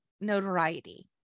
notoriety